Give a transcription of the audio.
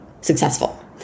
successful